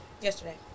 Yesterday